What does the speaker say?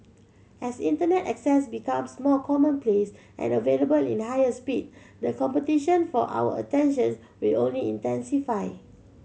as Internet access becomes more commonplace and available at higher speed the competition for our attention will only intensify